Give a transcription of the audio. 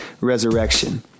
resurrection